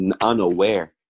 Unaware